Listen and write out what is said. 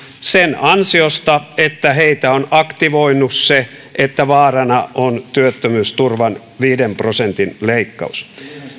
sen ansiosta että heitä on aktivoinut se että vaarana on työttömyysturvan viiden prosentin leikkaus